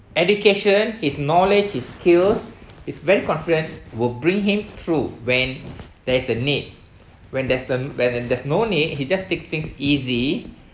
education his knowledge his skills is very confident will bring him through when there is a need when there's a when there's no need he just take things easy